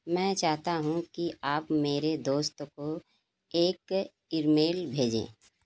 मैं चाहता हूँ कि आप मेरे दोस्त को एक ईमेल भेजे